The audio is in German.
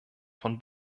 von